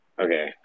Okay